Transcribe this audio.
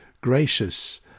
gracious